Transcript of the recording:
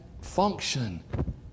function